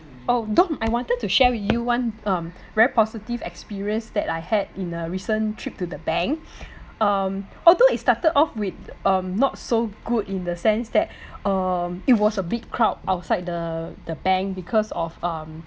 oh dom I wanted to share with you one um very positive experience that I had in a recent trip to the bank um although it started off with um not so good in the sense that um it was a big crowd outside the the bank because of um